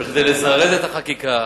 שלא נמצאת בנתונים האלה,